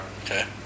Okay